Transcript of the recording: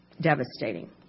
devastating